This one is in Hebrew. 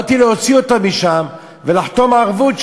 באתי להוציא אותו משם ולחתום ערבות,